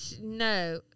no